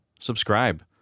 subscribe